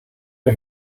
der